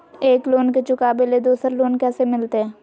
एक लोन के चुकाबे ले दोसर लोन कैसे मिलते?